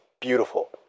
beautiful